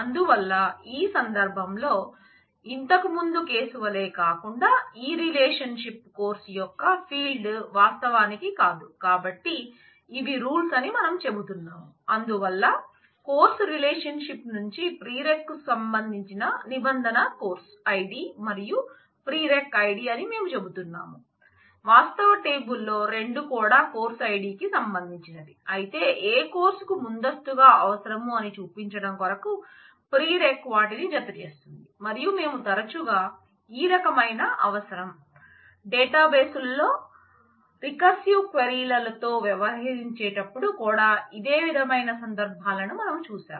అందువల్ల ఈ సందర్భంలో ఇంతకు ముందు కేసు వలే కాకుండా ఈ రిలేషన్షిప్తో వ్యవహరించేటప్పుడు కూడా ఇదే విధమైన సందర్భాలను మనం చూశాం